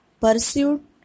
pursuit